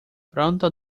pronto